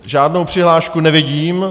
Žádnou přihlášku nevidím.